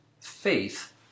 Faith